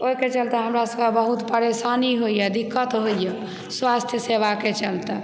ओहिके चलते हमरा सबकेँ बहुत परेशानी होइए दिक्कत होइए स्वास्थ्य सेवाके चलते